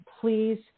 please